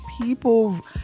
people